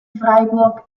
freiburg